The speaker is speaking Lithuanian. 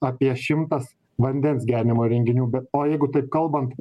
apie šimtas vandens gerinimo įrenginių bet o jeigu taip kalbant